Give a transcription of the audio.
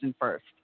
first